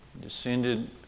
descended